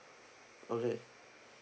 okay